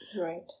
Right